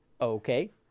Okay